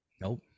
nope